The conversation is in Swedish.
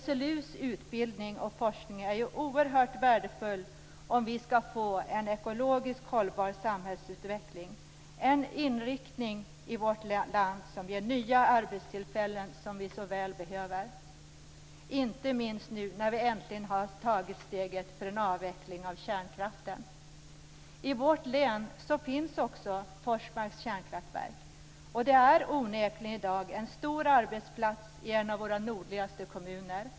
SLU:s utbildning och forskning är oerhört värdefull om vi skall få en ekologiskt hållbar samhällsutveckling, en inriktning i vårt land som ger nya arbetstillfällen som vi så väl behöver - inte minst när vi nu äntligen har tagit steget för en avveckling av kärnkraften. I vårt län finns också Forsmarks kärnkraftverk. Det är onekligen en stor arbetsplats i en av våra nordligaste kommuner.